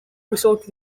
resort